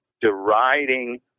deriding